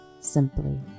simply